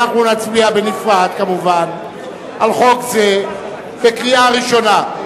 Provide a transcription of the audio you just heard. אנחנו נצביע בנפרד כמובן על חוק זה בקריאה ראשונה.